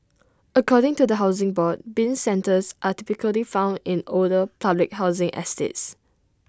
according to the Housing Board Bin centres are typically found in older public housing estates